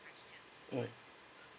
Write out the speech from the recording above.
right